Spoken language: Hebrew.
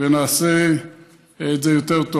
ונעשה את זה יותר טוב.